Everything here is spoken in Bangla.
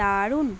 দারুণ